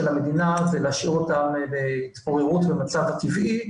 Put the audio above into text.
המדינה זה להשאיר אותם להתפוררות במצב הטבעי,